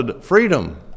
freedom